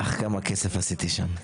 כמה כסף עשיתי שם.